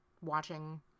watching